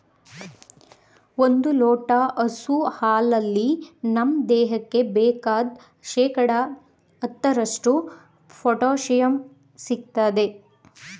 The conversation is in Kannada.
ಒಂದ್ ಲೋಟ ಹಸು ಹಾಲಲ್ಲಿ ನಮ್ ದೇಹಕ್ಕೆ ಬೇಕಾದ್ ಶೇಕಡಾ ಹತ್ತರಷ್ಟು ಪೊಟ್ಯಾಶಿಯಂ ಸಿಗ್ತದೆ